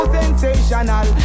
sensational